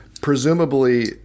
presumably